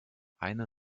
eine